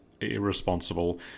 irresponsible